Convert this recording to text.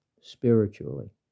spiritually